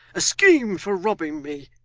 a scheme for robbing me?